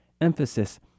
emphasis